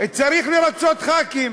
צריך לרצות ח"כים.